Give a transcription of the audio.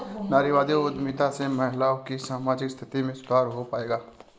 नारीवादी उद्यमिता से महिलाओं की सामाजिक स्थिति में सुधार हो पाएगा?